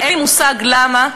אין לי מושג למה,